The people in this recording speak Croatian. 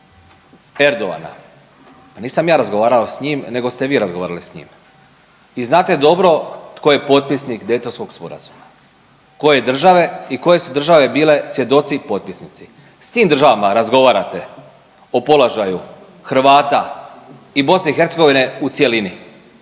Erdogana pa nisam ja razgovarao s njim nego ste vi razgovarali s njim. Vi znate dobro tko je potpisnik Daytonskog sporazuma koje države i koje su države bile svjedoci i potpisnici. S tim državama razgovarate o položaju Hrvata i BiH u cjelini.